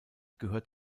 gehört